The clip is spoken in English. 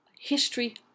History